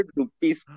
rupees